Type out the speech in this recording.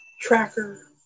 tracker